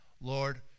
Lord